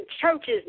churches